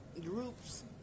groups